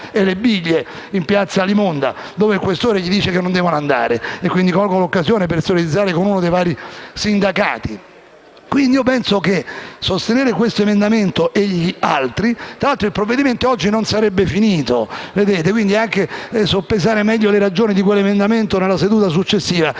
e le biglie in piazza Alimonda, dove il questore gli dice che non deve andare (colgo così l'occasione per solidarizzare con uno dei vari sindacati). Penso che sostenere questo emendamento e gli altri (tra l'altro, comunque oggi il provvedimento non sarebbe concluso, quindi possiamo anche soppesare meglio le ragioni di quell'emendamento nella seduta successiva)